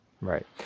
Right